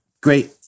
great